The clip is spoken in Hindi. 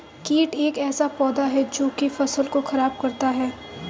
कीट एक ऐसा पौधा है जो की फसल को खराब करता है